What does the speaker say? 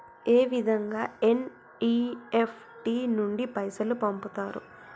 ఏ విధంగా ఎన్.ఇ.ఎఫ్.టి నుండి పైసలు పంపుతరు?